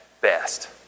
best